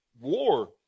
war